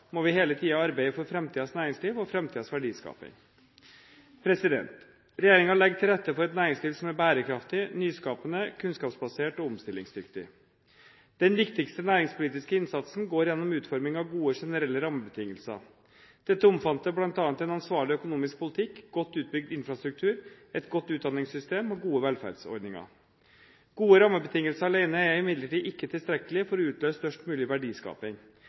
må vi hele tiden arbeide for framtidens næringsliv og framtidens verdiskaping. Regjeringen legger til rette for et næringsliv som er bærekraftig, nyskapende, kunnskapsbasert og omstillingsdyktig. Den viktigste næringspolitiske innsatsen går gjennom utforming av gode generelle rammebetingelser. Dette omfatter bl.a. en ansvarlig økonomisk politikk, godt utbygd infrastruktur, et godt utdanningssystem og gode velferdsordninger. Gode rammebetingelser alene er imidlertid ikke tilstrekkelig for å utløse størst mulig verdiskaping.